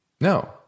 No